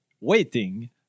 waiting